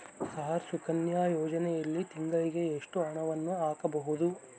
Sir Sukanya ಯೋಜನೆಯಲ್ಲಿ ತಿಂಗಳಿಗೆ ಎಷ್ಟು ಹಣವನ್ನು ಹಾಕಬಹುದು?